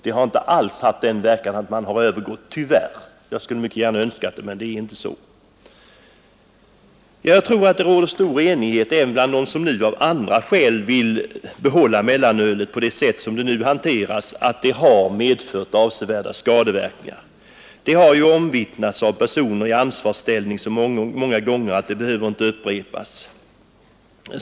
Verkan har tyvärr inte alls varit en övergång — jag skulle verkligen ha önskat det, men det är inte så. Jag tror att det råder stor enighet även bland dem som av andra skäl vill behålla mellanölet på det sätt som det nu hanteras, att det har medfört avsevärda skadeverkningar. Detta har omvittnats av personer i ansvarsställning så många gånger att det inte behöver upprepas.